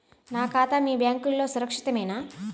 నా ఖాతా మీ బ్యాంక్లో సురక్షితమేనా?